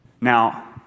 Now